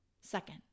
Second